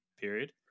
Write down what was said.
period